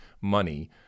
money